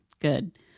good